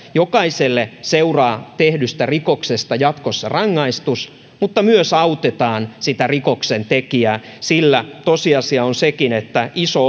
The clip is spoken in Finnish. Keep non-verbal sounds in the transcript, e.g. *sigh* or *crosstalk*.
jokaiselle seuraa tehdystä rikoksesta jatkossa rangaistus mutta myös sitä rikoksen tekijää autetaan sillä tosiasia on sekin että iso *unintelligible*